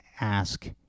ask